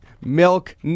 Milk